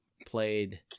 played